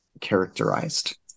characterized